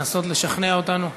לנסות לשכנע אותנו?